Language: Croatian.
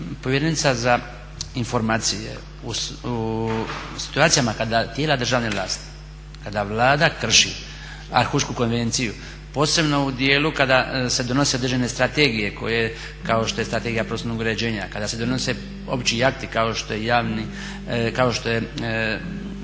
povjerenica za informacije u situacijama kada tijela državne vlasti, kada Vlada krši …/Govornik se ne razumije./… konvenciju posebno u dijelu kada se donose određene strategije koje, kao što je Strategija prostornog uređenja, kada se donose opći akti kao što je okvirni pravni